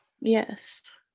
Yes